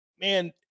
man